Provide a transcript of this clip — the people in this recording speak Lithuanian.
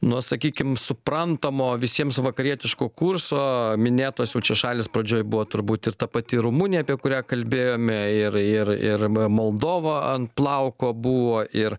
nuo sakykim suprantamo visiems vakarietiško kurso minėtos jau čia šalys pradžioj buvo turbūt ir ta pati rumunija apie kurią kalbėjome ir ir ir m moldova ant plauko buvo ir